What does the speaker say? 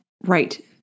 right